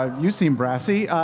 um you seem brassy.